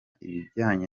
ibijyanye